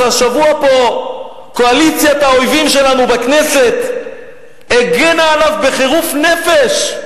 שהשבוע פה קואליציית האויבים שלנו בכנסת הגנה עליו בחירוף נפש,